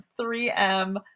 3M